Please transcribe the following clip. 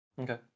okay